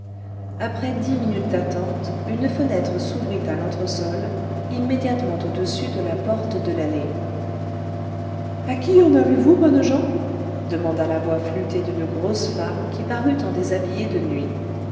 après dix minutes d'attente une fenêtre s'ouvrit à l'entresol immédiatement au-dessus de la porte de l'allée a qui en avez-vous bonnes gens demanda la voix flûtée d'une grosse femme qui parut en déshabillé de nuit